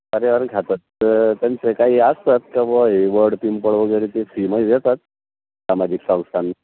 पर्यावरण खात्यात तर त्यांचे काही असतात का बुवा हे वड पिंपळ वगैरे ते फ्रीमध्ये देतात सामाजिक संस्थान